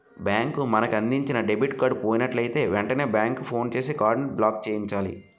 bank మనకు అందించిన debit card పోయినట్లయితే వెంటనే బ్యాంకుకు ఫోన్ చేసి కార్డును బ్లాక్చేయించాలి